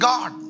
God